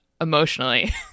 emotionally